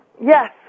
Yes